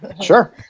sure